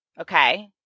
okay